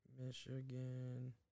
Michigan